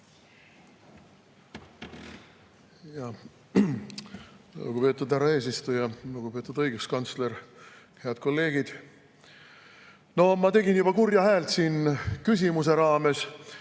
Lugupeetud härra eesistuja! Lugupeetud õiguskantsler! Head kolleegid! No ma tegin juba kurja häält siin küsimuse raames,